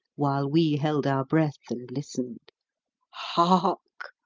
while we held our breath, and listened hark!